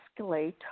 escalate